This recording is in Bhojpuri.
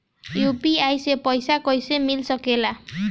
यू.पी.आई से पइसा कईसे मिल सके ला?